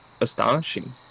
astonishing